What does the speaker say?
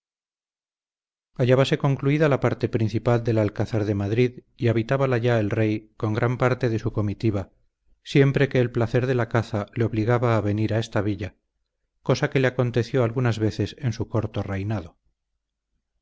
nuestra historia hallábase concluida la parte principal del alcázar de madrid y habitábala ya el rey con gran parte de su comitiva siempre que el placer de la caza le obligaba a venir a esta villa cosa que le aconteció algunas veces en su corto reinado